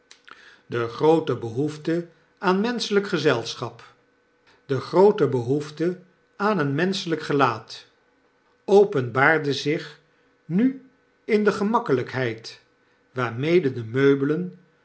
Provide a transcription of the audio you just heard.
de groote behoefte aan menschelp gezelschap de groote behoefte aan een menschelijk gelaat openbaarde zich nu in de gemakkelijkheid waarmede demeubelen